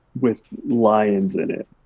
with lions in it,